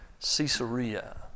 Caesarea